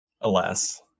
Alas